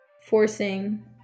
forcing